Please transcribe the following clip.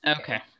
Okay